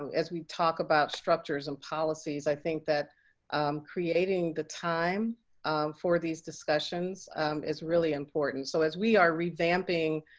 so as we talk about structures and policies, i think that creating the time for these discussions is really important. so as we are revamping,